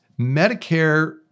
Medicare